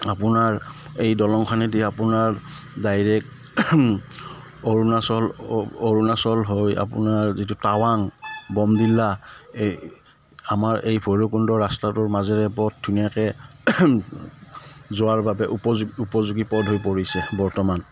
আপোনাৰ এই দলংখনেদি আপোনাৰ ডাইৰেক্ট অৰুণাচল অৰুণাচল হৈ আপোনাৰ যিটো টাৱাং বমদিল্লা এই আমাৰ এই ভৈৰৱকুণ্ড ৰাস্তাটোৰ মাজেৰে পথ ধুনীয়াকৈ যোৱাৰ বাবে উপযো উপযোগী পথ হৈ পৰিছে বৰ্তমান